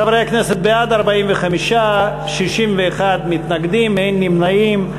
חברי הכנסת, בעד, 45, 61 מתנגדים, אין נמנעים.